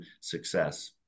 success